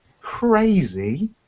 crazy